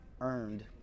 earned